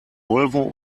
volvo